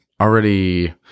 already